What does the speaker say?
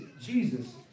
Jesus